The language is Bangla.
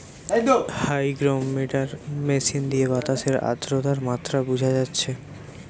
হাইগ্রমিটার মেশিন দিয়ে বাতাসের আদ্রতার মাত্রা বুঝা যাচ্ছে